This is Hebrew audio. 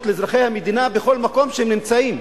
לאזרחי המדינה בכל מקום שהם נמצאים.